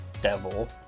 devil